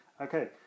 Okay